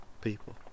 people